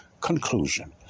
conclusion